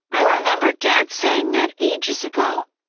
i remember dad saying that ages ago,